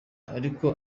ariko